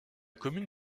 commune